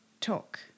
Talk